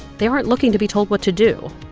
they aren't looking to be told what to do.